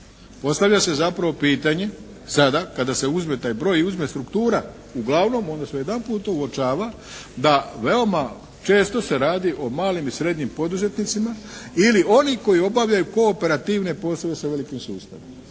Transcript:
Postavlja se zapravo pitanje sada kada se uzme taj broj i uzme struktura uglavnom onda se jedanput uočava da veoma često se radi o malim i srednjim poduzetnicima ili oni koji obavljaju kooperativne poslove sa velikim sustavima.